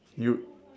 you